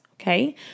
okay